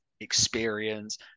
experience